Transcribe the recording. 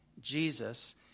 Jesus